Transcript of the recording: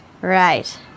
Right